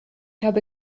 habe